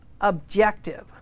objective